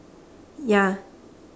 ya